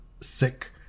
sick